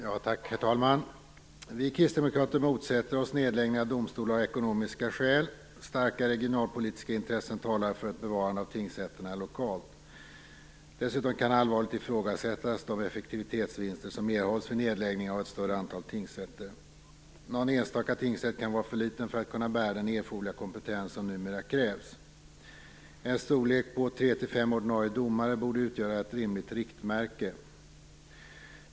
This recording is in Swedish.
Herr talman! Vi kristdemokrater motsätter oss nedläggningar av domstolar av ekonomiska skäl. Starka regionalpolitiska intressen talar för ett bevarande av tingsrätterna lokalt. Dessutom kan man allvarligt ifrågasätta de effektiviseringsvinster som erhålls vid nedläggning av ett större antal tingsrätter. Någon enstaka tingsrätt kan vara för liten för att bära den erforderliga kompetens som numera krävs. En storlek på tre till fem ordinarie domare borde utgöra ett rimligt riktmärke.